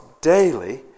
daily